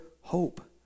hope